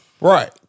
Right